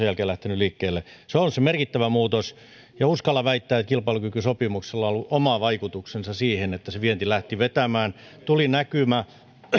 jälkeen lähteneet liikkeelle se on se merkittävä muutos ja uskallan väittää että kilpailukykysopimuksella on ollut oma vaikutuksensa siihen että se vienti lähti vetämään tuli näkymä